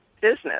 business